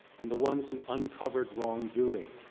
and the ones who uncovered wrongdoing.